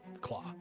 claw